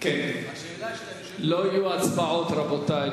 השאלה, לא יהיו הצבעות, רבותי.